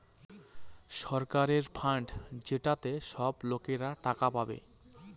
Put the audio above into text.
সরকারের ফান্ড যেটাতে সব লোকরা টাকা পাবে